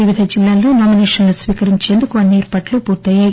వివిధ జిల్లాలో నామిసేషన్లను స్వీకరించేందుకు అన్ని ఏర్పాట్లు పూర్తి అయ్యాయి